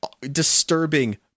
disturbing